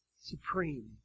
supreme